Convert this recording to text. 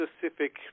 specific